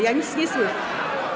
Ja nic nie słyszę.